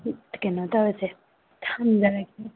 ꯀꯩꯅꯣ ꯇꯧꯔꯁꯦ ꯊꯝꯖꯔꯒꯦ